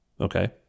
okay